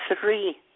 Three